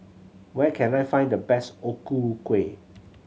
where can I find the best O Ku Kueh